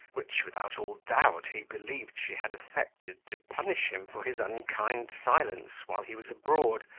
which, without all doubt, he believed she had affected to punish him for his unkind silence while he was abroad,